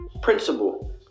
principal